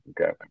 Okay